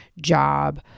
job